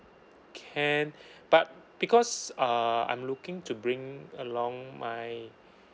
can but because uh I'm looking to bring along my